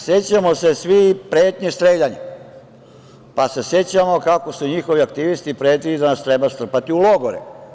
Sećamo se svi pretnji streljanjem, pa se sećamo kako su njihovi aktivisti pretili da nas treba strpati u logore.